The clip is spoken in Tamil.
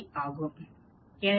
3 ஆகும்